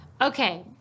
Okay